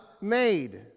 made